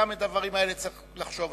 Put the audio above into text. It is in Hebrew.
גם על הדברים האלה צריך לחשוב.